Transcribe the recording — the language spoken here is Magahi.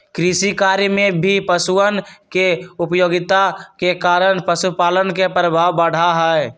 कृषिकार्य में भी पशुअन के उपयोगिता के कारण पशुपालन के प्रभाव बढ़ा हई